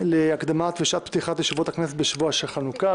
להקדמת שעת פתיחת ישיבות הכנסת בשבוע החנוכה.